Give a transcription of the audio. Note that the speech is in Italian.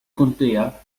contea